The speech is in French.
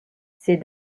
ces